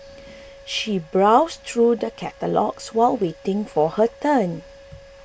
she browsed through the catalogues while waiting for her turn